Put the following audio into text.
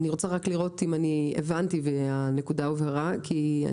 אני רוצה רק לראות אם אני הבנתי והנקודה הובהרה כי אני